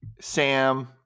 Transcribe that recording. Sam